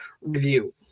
review